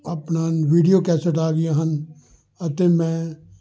ਆਪਣਾ video cassette ਆਗੀਆਂ ਹਨ ਅਤੇ ਮੈਂ